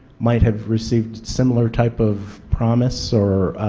might have received similar type of promise or.